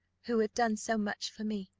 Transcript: who have done so much for me.